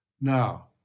Now